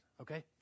okay